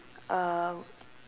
um